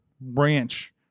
branch